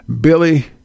Billy